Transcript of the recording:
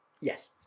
Yes